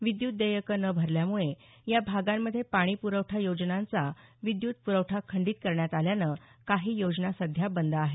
विद्युत देयकं न भरल्यामुळे या भागांमध्ये पाणी प्रवठा योजनांचा विद्युत प्रवठा खंडित करण्यात आल्यानं काही योजना सध्या बंद आहेत